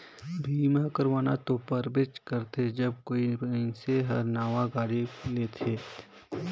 बीमा करवाना तो परबेच करथे जब कोई मइनसे हर नावां गाड़ी लेथेत